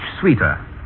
sweeter